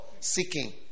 Seeking